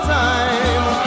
time